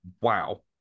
Wow